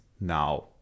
now